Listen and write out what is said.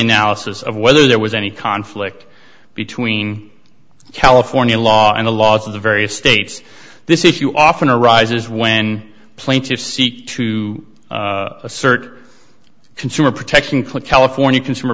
analysis of whether there was any conflict between california law and the laws of the various states this issue often arises when plaintiffs seek to assert consumer protection click california consumer